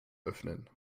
öffnen